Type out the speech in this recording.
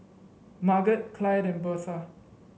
Marget Clyde and Birtha